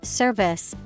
service